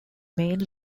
main